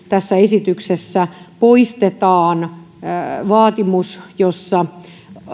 tässä esityksessä poistetaan vaatimus jossa